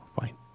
Fine